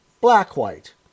black-white